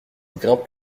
grimpe